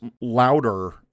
louder